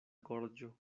gorĝo